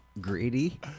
greedy